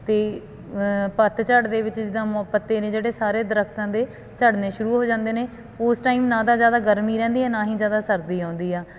ਅਤੇ ਪੱਤਝੜ ਦੇ ਵਿੱਚ ਜਿੱਦਾਂ ਮੋ ਪੱਤੇ ਨੇ ਜਿਹੜੇ ਸਾਰੇ ਦਰੱਖਤਾਂ ਦੇ ਝੜਨੇ ਸ਼ੁਰੂ ਹੋ ਜਾਂਦੇ ਨੇ ਉਸ ਟਾਈਮ ਨਾ ਤਾਂ ਜ਼ਿਆਦਾ ਗਰਮੀ ਰਹਿੰਦੀ ਹੈ ਨਾ ਹੀ ਜ਼ਿਆਦਾ ਸਰਦੀ ਆਉਂਦੀ ਆ